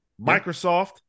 Microsoft